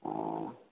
ആ